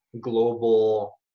global